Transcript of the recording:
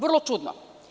Vrlo čudno.